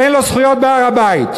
אין לו זכויות בהר-הבית.